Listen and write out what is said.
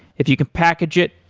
if you can package it,